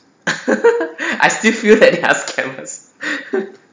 I still feel that they are scammers